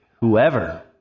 whoever